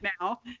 now